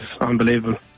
unbelievable